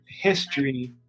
history